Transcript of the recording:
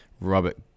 Robert